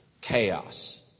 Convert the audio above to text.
Chaos